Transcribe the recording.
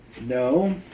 No